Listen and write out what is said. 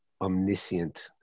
omniscient